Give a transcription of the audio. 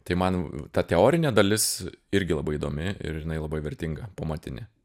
tai man ta teorinė dalis irgi labai įdomi ir jinai labai vertinga pamatinė